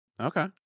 Okay